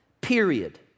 period